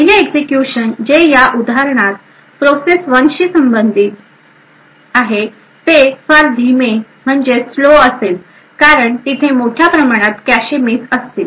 पहिले एक्झिक्युशन जे या उदाहरणात प्रोसेस 1 शी संबंधित ते फार धीमे असेल कारण तिथे मोठ्या प्रमाणात कॅशे मिस असतील